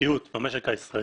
התחרותיות במשק הישראלי.